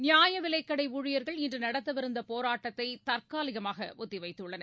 நியாய விலைக்கடை ஊழியர்கள் இன்று நடத்தவிருந்த போராட்டத்தை தற்காலிகமாக ஒத்தி வைத்துள்ளனர்